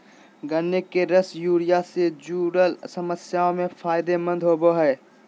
गन्ने के रस यूरिन से जूरल समस्याओं में फायदे मंद होवो हइ